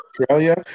Australia